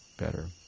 better